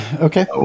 Okay